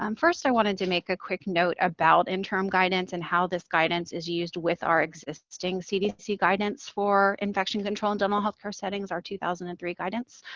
um first, i wanted to make a quick note about the interim guidance and how this guidance is used with our existing cdc guidance for infection control in dental healthcare settings, our two thousand and three guidance.